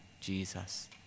Jesus